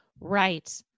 Right